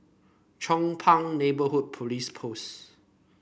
Chong Pang Neighbourhood Police Post